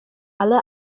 alle